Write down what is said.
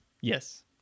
yes